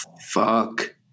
Fuck